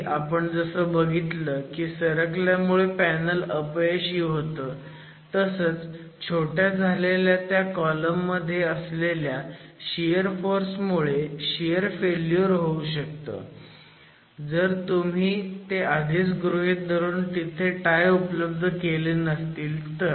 आधी आपण जसं बघितलं की सरकल्यामुळे पॅनल अपयशी होतं तसंच छोट्या झालेल्या त्या कॉलम मध्ये असलेल्या शियर फोर्स मुळे शियर फेल्युअर होऊ शकतं जर तुम्ही ते आधीच गृहीत धरून तिथे टाय उपलब्ध केले नसतील तर